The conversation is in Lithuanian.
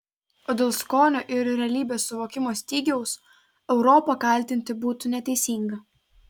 o dėl skonio ir realybės suvokimo stygiaus europą kaltinti būtų neteisinga